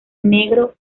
negro